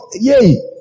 Yay